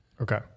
Okay